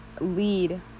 lead